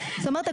זאת אומרת,